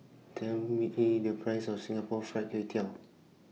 Tell Me The Price of Singapore Fried Kway Tiao